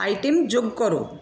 item যোগ করো